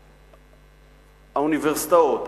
האוניברסיטאות,